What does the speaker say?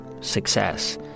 success